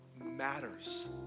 matters